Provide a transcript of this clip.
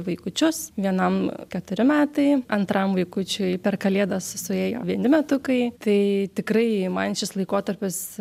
vaikučius vienam keturi metai antram vaikučiui per kalėdas suėjo vieni metukai tai tikrai jei man laikotarpis